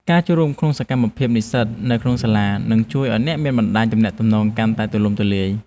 ការចូលរួមក្នុងសកម្មភាពនិស្សិតនៅក្នុងសាលានឹងជួយឱ្យអ្នកមានបណ្តាញទំនាក់ទំនងកាន់តែទូលំទូលាយ។